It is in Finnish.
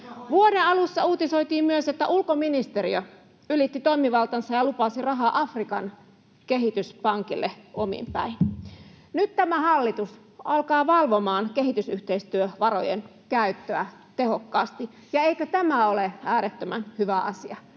Vuoden alussa uutisoitiin myös, että ulkoministeriö ylitti toimivaltansa ja lupasi rahaa Afrikan kehityspankille omin päin. Nyt tämä hallitus alkaa valvomaan kehitysyhteistyövarojen käyttöä tehokkaasti. Eikö tämä ole äärettömän hyvä asia?